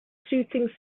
shooting